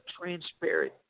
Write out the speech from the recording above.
Transparent